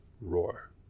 roar